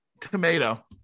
tomato